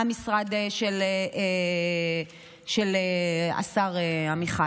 המשרד של השר עמיחי,